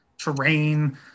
terrain